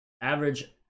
average